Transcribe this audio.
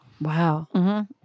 Wow